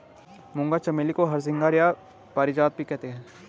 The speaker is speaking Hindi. मूंगा चमेली को हरसिंगार या पारिजात भी कहते हैं